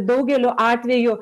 daugeliu atveju